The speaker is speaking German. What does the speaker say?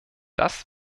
das